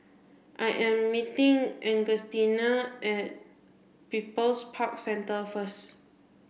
I am meeting Augustina at People's Park Centre first